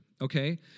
okay